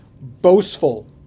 boastful